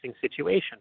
situation